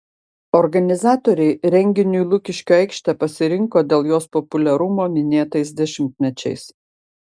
organizatoriai renginiui lukiškių aikštę pasirinko dėl jos populiarumo minėtais dešimtmečiais